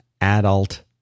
adult